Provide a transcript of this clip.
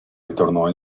ritornò